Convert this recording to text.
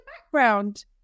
background